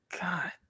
God